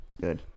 Good